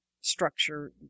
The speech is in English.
structure